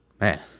man